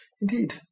Indeed